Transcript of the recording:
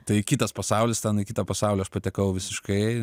tai kitas pasaulis ten į kitą pasaulį aš patekau visiškai